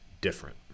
different